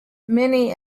many